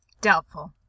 doubtful